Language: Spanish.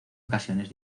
ocasiones